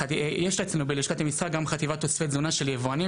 יש אצלנו בלשכת המסחר גם חטיבת תוספי תזונה של יבואנים